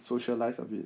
socialise a bit